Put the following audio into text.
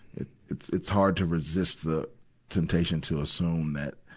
it's, it's, it's hard to resist the temptation to assume that,